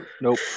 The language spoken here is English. Nope